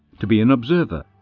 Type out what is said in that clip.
to be an observer,